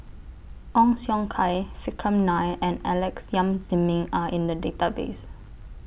Ong Siong Kai Vikram Nair and Alex Yam Ziming Are in The Database